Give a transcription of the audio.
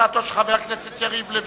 הצעתו של חבר הכנסת יריב לוין: